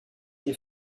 des